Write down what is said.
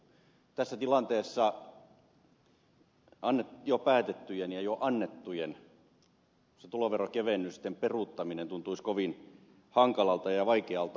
tässä tilanteessa jo päätettyjen ja jo annettujen tuloverokevennysten peruuttaminen tuntuisi kovin hankalalta ja vaikealta